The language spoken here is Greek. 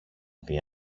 δει